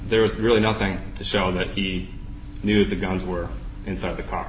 there's really nothing to show that he knew the guns were inside the car